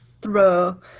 throw